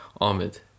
Ahmed